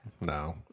No